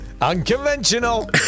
unconventional